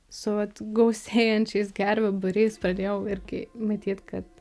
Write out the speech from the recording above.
su gausėjančiais gervių būriais pradėjau irgi matyt kad